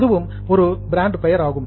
அதுவும் ஒரு பிராண்ட் பெயர் ஆகும்